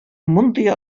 мондый